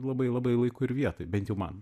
labai labai laiku ir vietoj bent jau man